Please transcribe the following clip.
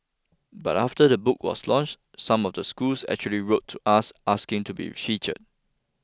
but after the book was launched some of the schools actually wrote to us asking to be featured